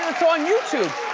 it's on youtube.